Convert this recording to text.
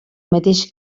mateix